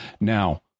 Now